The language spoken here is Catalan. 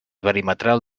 perimetral